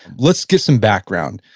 let's get some background.